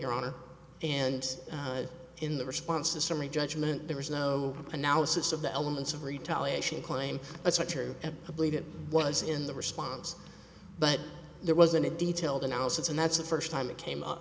your honor and in the response to summary judgment there was no analysis of the elements of retaliation claim that's not true at i believe it was in the response but there wasn't a detailed analysis and that's the first time it came up